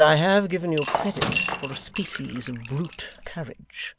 but i have given you credit for a species of brute courage.